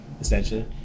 essentially